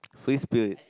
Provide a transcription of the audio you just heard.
free spirit